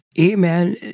Amen